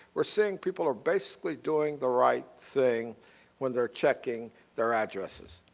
we're seeing people are basically doing the right thing when they're checking their addresses.